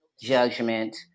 judgment